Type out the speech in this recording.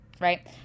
Right